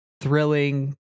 thrilling